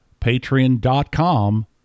patreon.com